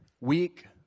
week